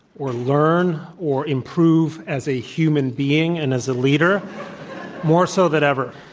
or learn, or improve as a human being and as a leader more so than ever.